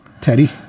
Teddy